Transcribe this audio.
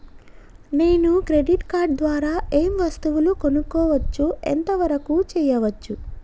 నేను credit card ద్వారా ఏం వస్తువులు కొనుక్కోవచ్చు ఎంత వరకు చేయవచ్చు?